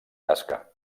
tasca